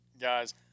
guys